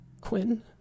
Quinn